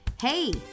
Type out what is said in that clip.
Hey